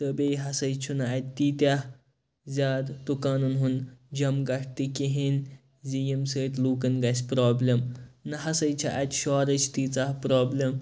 تہٕ بیٚیہِ ہَسا چھُنہٕ اَتہِ تیٖتیاہ زیادٕ دُکانَن ہُنٛد جَمگَٹ تہِ کِہیٖنۍ زِ ییٚمہِ سۭتۍ لُکَن گَژھِ پرابلم نہَ ہَسا چھِ اَتہِ شورٕچ تیٖژاہ پرابلم